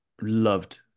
loved